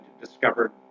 discovered